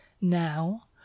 Now